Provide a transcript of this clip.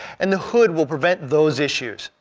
and the hood will prevent those issues.